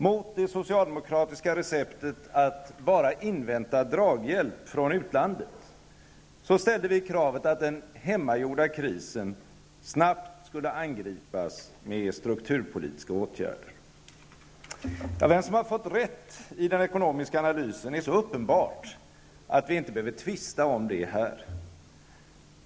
Mot det socialdemokratiska receptet att bara invänta draghjälp från utlandet, ställde vi kravet att den hemmagjorda krisen snabbt skulle angripas med strukturpolitiska åtgärder. Vem som har fått rätt i den ekonomiska analysen är så uppenbart att vi inte behöver tvista om det här.